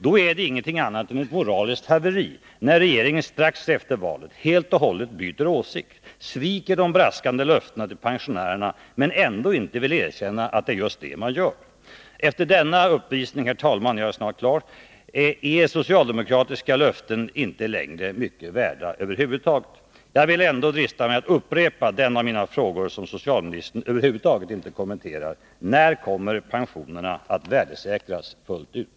Då är det ingenting annat än ett moraliskt haveri, när regeringen strax efter valet helt och hållet byter åsikt, sviker de braskande löftena till pensionärerna, men ändå inte vill erkänna att det är just det man gör. Efter denna uppvisning, herr talman, är socialdemokratiska löften inte längre mycket värda. Jag vill ändå drista mig att upprepa den av mina frågor som socialministern över huvud taget inte kommenterar: När kommer pensionerna att värdesäkras fullt ut?